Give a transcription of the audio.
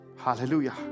hallelujah